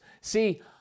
See